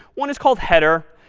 one is called header.